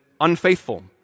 unfaithful